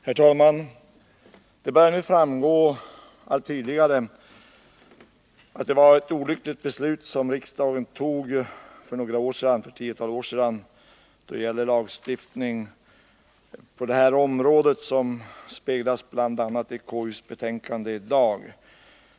Herr talman! Det börjar nu framgå allt tydligare att det var ett olyckligt beslut som riksdagen fattade för ett tiotal år sedan då det gäller lagstiftning mot hädelse, som bl.a. tas upp i konstitutionsutskottets betänkande 42.